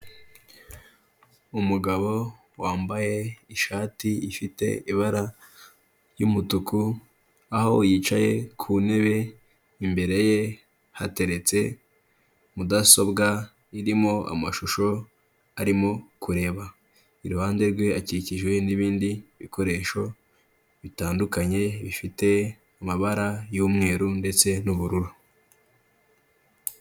Umugabo wambaye ishati ifite ibara ry'umutuku, aho yicaye ku ntebe imbere ye hateretse mudasobwa irimo amashusho arimo kureba, iruhande rwe akikijwe n'ibindi bikoresho bitandukanye, bifite amabara y'umweru ndetse n'ubururu.